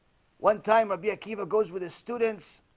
one time rabi akiva goes with his students